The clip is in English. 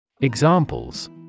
Examples